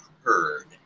heard